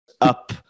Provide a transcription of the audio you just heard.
up